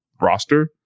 roster